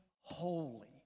holy